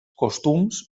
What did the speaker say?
costums